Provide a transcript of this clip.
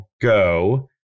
Go